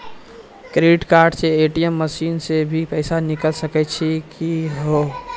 Credit card से ATM machine से भी पैसा निकल सकै छि का हो?